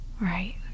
right